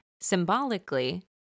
symbolically